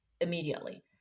immediately